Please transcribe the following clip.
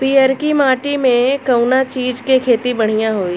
पियरकी माटी मे कउना चीज़ के खेती बढ़ियां होई?